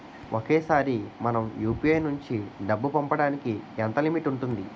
ఒకేసారి మనం యు.పి.ఐ నుంచి డబ్బు పంపడానికి ఎంత లిమిట్ ఉంటుంది?